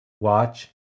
Watch